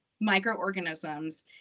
microorganisms